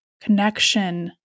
Connection